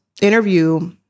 interview